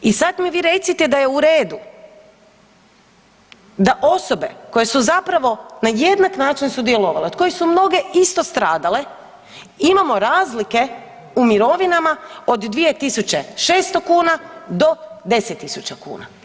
I sad mi vi recite da je u redu, da osobe koje su zapravo na jednak način sudjelovale od kojih su mnoge isto stradale imamo razlike u mirovinama od 2.600 do 10.000 kuna.